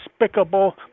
despicable